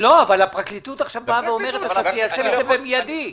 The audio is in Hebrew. אבל הפרקליטות אומרת: תיישם את זה במיידי.